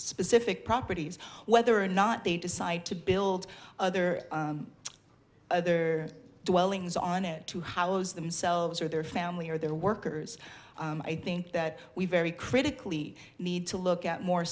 specific properties whether or not they decide to build other other dwellings on it to how as themselves or their family or their workers i think that we very critically need to look at more